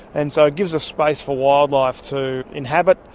and so it gives us space for wildlife to inhabit.